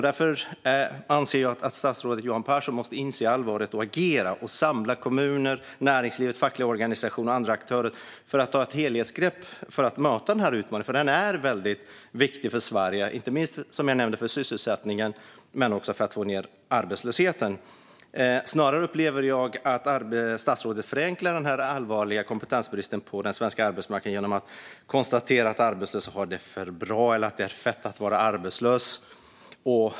Statsrådet Johan Pehrson måste inse allvaret, agera och samla kommuner, näringslivet, fackliga organisationer och andra aktörer för att ta ett helhetsgrepp för att möta utmaningen. Det är väldigt viktigt för Sverige, inte minst för sysselsättningen, som jag tidigare nämnde, men också för att få ned arbetslösheten. Jag upplever snarare att statsrådet förenklar den allvarliga kompetensbristen på den svenska arbetsmarknaden genom att konstatera att arbetslösa har det för bra eller att det är fett att vara arbetslös.